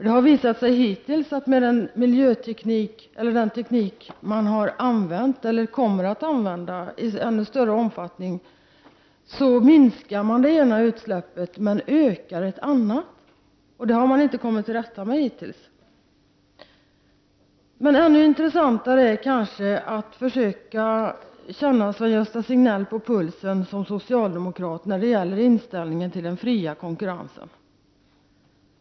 Det har hittills visat sig att med den teknik som man har använt, och kommer att använda i ännu större omfattning, minskar man det ena utsläppet medan man ökar ett annat. Det har man ännu inte kommit till rätta med. Det är kanske ännu intressantare att försöka känna Sven-Gösta Signell på pulsen som socialdemokrat när det gäller inställningen till den fria konkurrensen.